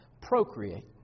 procreate